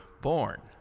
born